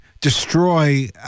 destroy